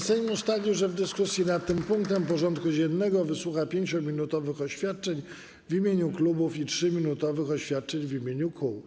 Sejm ustalił, że w dyskusji nad tym punktem porządku dziennego wysłucha 5-minutowych oświadczeń w imieniu klubów i 3-minutowych oświadczeń w imieniu kół.